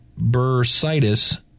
bursitis